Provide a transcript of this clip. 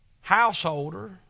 householder